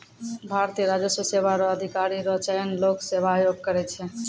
भारतीय राजस्व सेवा रो अधिकारी रो चयन लोक सेवा आयोग करै छै